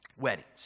weddings